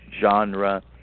genre